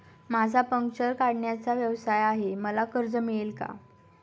माझा पंक्चर काढण्याचा व्यवसाय आहे मला कर्ज मिळेल का?